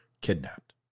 kidnapped